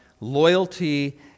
loyalty